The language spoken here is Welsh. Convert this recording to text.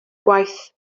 gwaith